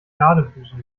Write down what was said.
jadebusen